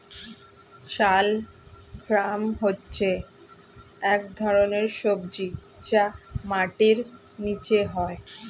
শালগ্রাম হচ্ছে এক ধরনের সবজি যা মাটির নিচে হয়